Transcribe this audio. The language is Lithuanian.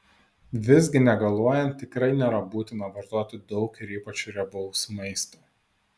visgi negaluojant tikrai nėra būtina vartoti daug ir ypač riebaus maisto